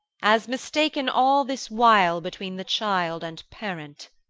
as mistaken all this while between the child and parent.